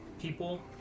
People